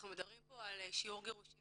אנחנו מדברים על שיעור גירושין